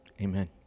amen